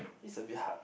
it's a bit hard